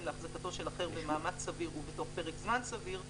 להחזקתו של אחר במאמץ סביר ובתוך פרק זמן סביר,